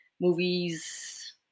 movies